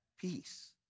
peace